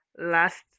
last